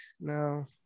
no